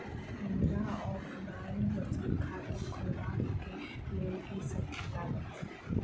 हमरा ऑफलाइन बचत खाता खोलाबै केँ लेल की सब लागत?